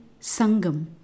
Sangam